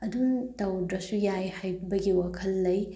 ꯑꯗꯨꯝ ꯇꯧꯗ꯭ꯔꯁꯨ ꯌꯥꯏ ꯍꯥꯏꯕꯒꯤ ꯋꯥꯈꯜ ꯂꯩ